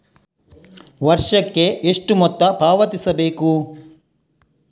ವರ್ಷಕ್ಕೆ ಎಷ್ಟು ಮೊತ್ತ ಪಾವತಿಸಬೇಕು?